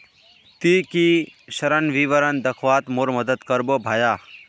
की ती ऋण विवरण दखवात मोर मदद करबो भाया